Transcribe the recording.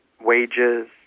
wages